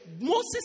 Moses